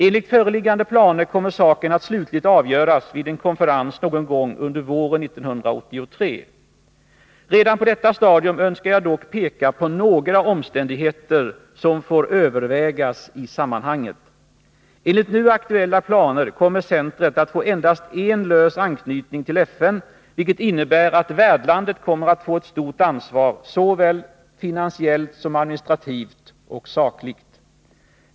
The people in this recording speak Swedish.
Enligt föreliggande planer kommer saken att slutligt avgöras vid en konferens någon gång under våren 1983. Redan på detta stadium önskar jag dock peka på några omständigheter som får övervägas i sammanhanget. Enligt nu aktuella planer kommer centret att få endast en lös anknytning till FN, vilket innebär att värdlandet kommer att få ett stort ansvar, såväl finansiellt som administrativt och sakligt.